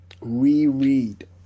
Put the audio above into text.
reread